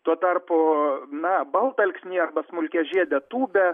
tuo tarpu na baltalksniai arba smulkiažiedė tūbė